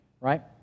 right